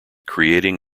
creating